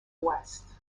west